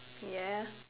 ya